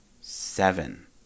seven